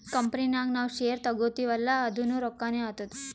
company ನಾಗ್ ನಾವ್ share ತಗೋತಿವ್ ಅಲ್ಲಾ ಅದುನೂ ರೊಕ್ಕಾನೆ ಆತ್ತುದ್